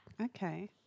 Okay